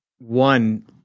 one